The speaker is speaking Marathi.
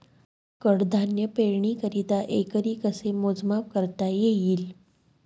कडधान्य पेरणीकरिता एकरी कसे मोजमाप करता येईल?